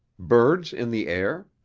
birds in the air?